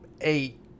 eight